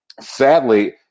sadly